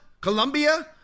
colombia